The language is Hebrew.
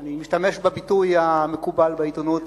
אני משתמש בביטוי המקובל בעיתונות